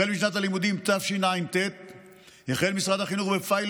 בשנת הלימודים תשע"ט החל משרד החינוך בפיילוט